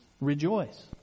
Rejoice